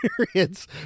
experience